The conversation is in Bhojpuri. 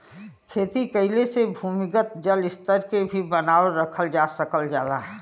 खेती कइले से भूमिगत जल स्तर के भी बनावल रखल जा सकल जाला